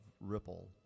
Ripple